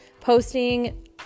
posting